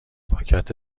پاکت